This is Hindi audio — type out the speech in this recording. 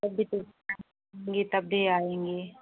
तब भी तो हाँ आएँगी तब भी आएँगी